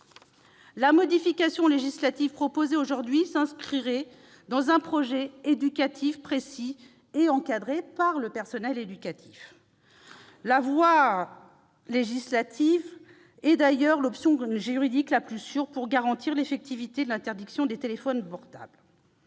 La modification législative qu'il nous est proposé d'adopter s'inscrirait dans un projet éducatif précis et encadré par le personnel éducatif. La voie législative est, d'ailleurs, l'option juridique la plus sûre pour garantir l'effectivité de l'interdiction des téléphones portables.